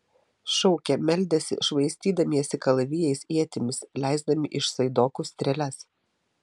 šaukė meldėsi švaistydamiesi kalavijais ietimis leisdami iš saidokų strėles